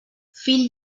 fill